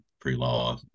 pre-law